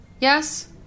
Yes